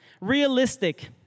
Realistic